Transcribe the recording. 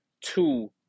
two